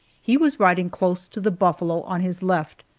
he was riding close to the buffalo on his left,